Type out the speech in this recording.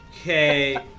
okay